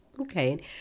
Okay